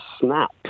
snap